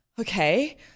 okay